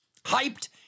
hyped